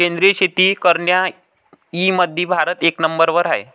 सेंद्रिय शेती करनाऱ्याईमंधी भारत एक नंबरवर हाय